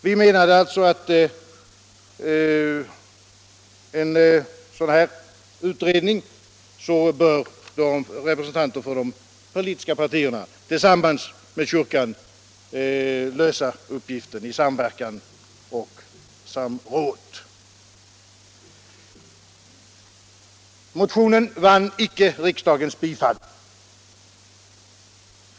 Vi menade alltså att i en sådan utredning bör representanter för de politiska partierna tillsammans med kyrkan lösa uppgiften i samverkan och samråd. Motionen vann icke riksdagens bifall.